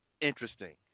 interesting